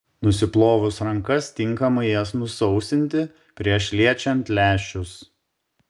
nusiplovus rankas tinkamai jas nusausinti prieš liečiant lęšius